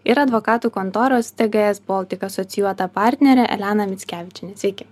ir advokatų kontoros tgs baltic asocijuota partnerė elena mickevičienė sveiki